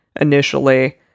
initially